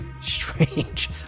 strange